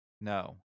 No